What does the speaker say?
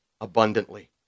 abundantly